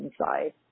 inside